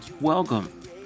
welcome